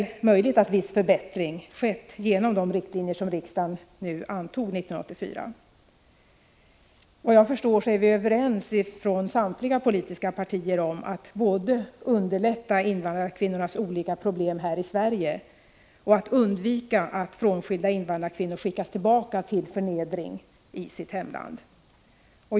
Möjligen har en viss förbättring skett genom de riktlinjer som riksdagen antog 1984. Efter vad jag förstår är vi inom samtliga politiska partier överens om att vi måste både underlätta invandrarkvinnornas olika problem här i Sverige och undvika att frånskilda invandrarkvinnor skickas tillbaka till ett liv i förnedring i sitt hemland.